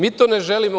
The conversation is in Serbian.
Mi to ne želimo.